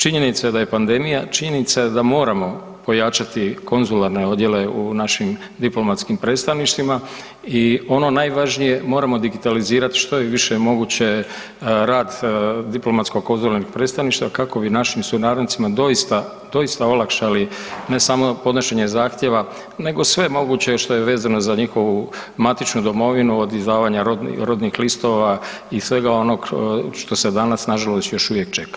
Činjenica je da je pandemija, činjenica je da moramo pojačati konzularne odjele u našim diplomatskim predstavništvima i ono najvažnije, moramo digitalizirati što je više moguće rad diplomatskih konzularnih predstavništva kako bi našim sunarodnjacima doista, doista olakšali, ne samo podnošenje zahtjeva, nego sve moguće što je vezano za njihovu matičnu domovinu, od izdavanja rodnih listova i svega onoga što se danas nažalost još uvijek čeka.